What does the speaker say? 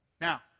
Now